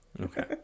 Okay